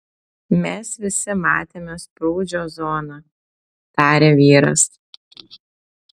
mes visi matėme sprūdžio zoną tarė vyras